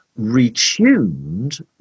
retuned